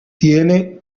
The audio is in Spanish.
tiene